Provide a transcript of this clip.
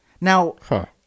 Now